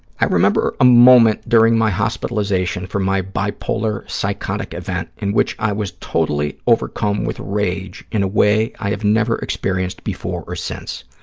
i remember a moment during my hospitalization for my bipolar psychotic event in which i was totally overcome with rage in a way i have never experienced before or since.